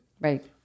Right